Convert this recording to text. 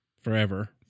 forever